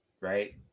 right